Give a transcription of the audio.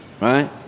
Right